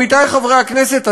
עמיתי חברי הכנסת,